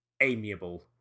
amiable